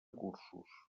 cursos